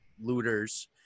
looters